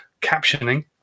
captioning